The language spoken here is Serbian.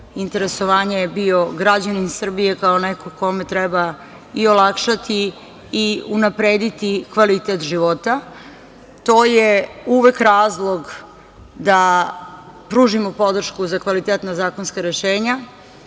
interesovanja je bio građanin Srbije kao neko kome treba i olakšati i unaprediti kvalitet života. To je uvek razlog da pružimo podršku za kvalitetna zakonska rešenja